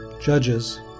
judges